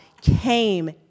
came